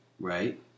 Right